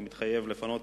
אני מתחייב לפנות